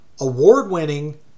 award-winning